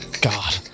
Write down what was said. God